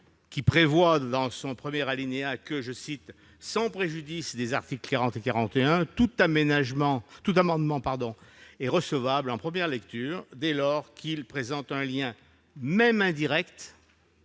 prévoit, dans son premier alinéa :« Sans préjudice des articles 40 et 41, tout amendement est recevable en première lecture dès lors qu'il présente un lien, même indirect-